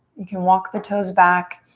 you can walk the toes back.